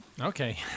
Okay